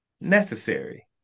necessary